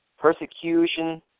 Persecution